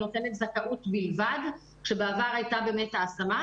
היא נותנת זכאות בלבד כשבעבר הייתה ההשמה,